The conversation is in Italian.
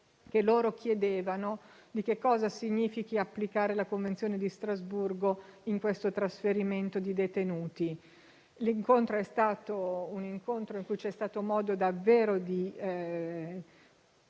che loro chiedevano su cosa significhi applicare la Convenzione di Strasburgo in questo trasferimento di detenuti. Durante l'incontro c'è stato modo davvero di